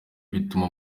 bituma